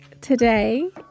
Today